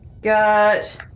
got